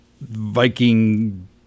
Viking